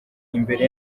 imbere